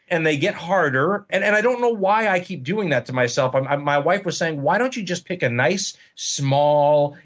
and they get harder and and i don't know why i keep doing that to myself. um my wife was saying, why don't you just pick a nice, small,